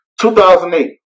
2008